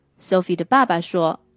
Sophie的爸爸说